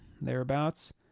thereabouts